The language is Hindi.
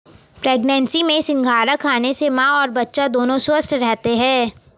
प्रेग्नेंसी में सिंघाड़ा खाने से मां और बच्चा दोनों स्वस्थ रहते है